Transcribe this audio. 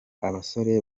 abasore